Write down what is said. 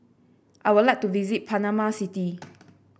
I would like to visit Panama City